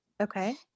Okay